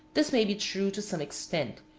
this may be true to some extent,